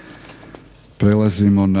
Prelazimo na: